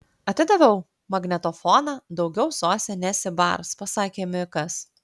atidaviau magnetofoną daugiau zosė nesibars pasakė mikas